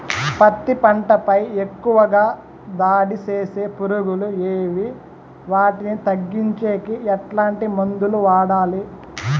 పత్తి పంట పై ఎక్కువగా దాడి సేసే పులుగులు ఏవి వాటిని తగ్గించేకి ఎట్లాంటి మందులు వాడాలి?